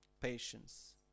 patience